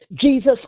Jesus